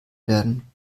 werden